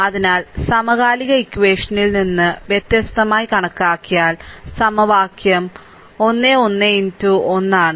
അതിനാൽ സമകാലിക ഇക്വഷനിൽ നിന്ന് വ്യത്യസ്തമായി കണക്കാക്കിയാൽ സമവാക്യം 1 1 x 1 ആണ്